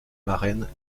marraine